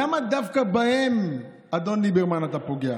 למה דווקא בהם, אדון ליברמן, אתה פוגע?